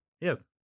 Yes